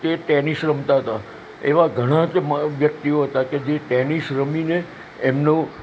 એ tennis રમતા હતા એવા ઘણા વ્યક્તિઓ હતા કે જે ટેનિસ રમીને એમનું